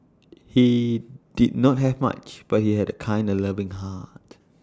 he did not have much but he had A kind and loving heart